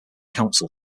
council